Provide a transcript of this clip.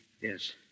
Yes